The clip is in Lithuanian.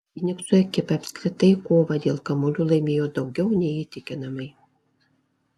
fynikso ekipa apskritai kovą dėl kamuolių laimėjo daugiau nei įtikinamai